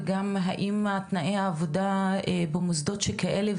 וגם האם תנאי העבודה במוסדות שכאלה,